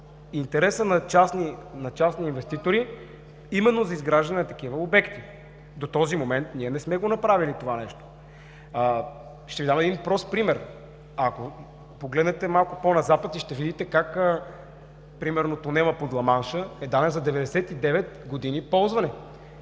интереса на частни инвеститори именно и за изграждане на такива обекти? До този момент ние не сме го направили това нещо. Ще Ви дам един прост пример. Ако погледнете малко по назапад и ще видите как примерно тунелът под Ламанша е даден за 99 години ползване